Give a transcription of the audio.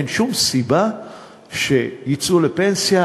אין שום סיבה שיצאו לפנסיה.